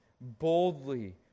boldly